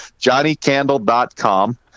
johnnycandle.com